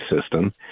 system